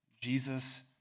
Jesus